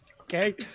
okay